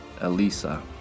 elisa